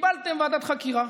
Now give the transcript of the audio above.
וקיבלתם ועדת חקירה.